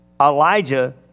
Elijah